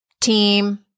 team